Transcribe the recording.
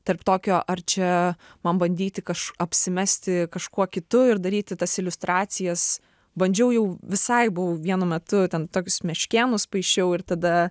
tarp tokio ar čia man bandyti kaž apsimesti kažkuo kitu ir daryti tas iliustracijas bandžiau jau visai buvau vienu metu ten tokius meškėnus paišiau ir tada